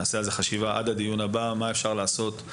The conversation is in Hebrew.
נעשה על זה חשיבה ומה אפשר לעשות עד לדיון הבא.